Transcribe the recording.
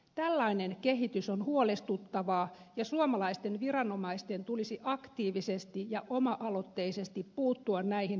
tällainen kehitys on huolestuttavaa ja suomalaisten viranomaisten tulisi aktiivisesti ja oma aloitteisesti puuttua näihin ongelmiin